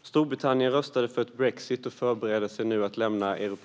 och Storbritannien röstade för brexit och förbereder sig nu för att lämna EU.